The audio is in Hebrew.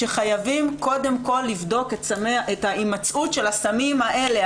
שחייבים לבדוק קודם כל את ההימצאות של הסמים האלה,